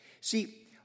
See